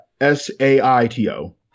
S-A-I-T-O